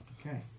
Okay